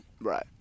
Right